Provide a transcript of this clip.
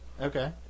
Okay